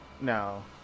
No